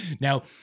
Now